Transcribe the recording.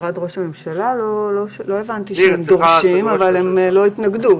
לא הבנתי שהם דורשים, אבל הם לא יתנגדו.